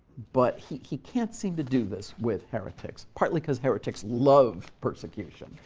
but he he can't seem to do this with heretics, partly because heretics love persecution.